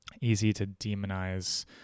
easy-to-demonize